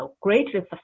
greatly